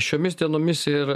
šiomis dienomis ir